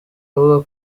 avuga